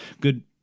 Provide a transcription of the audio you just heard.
good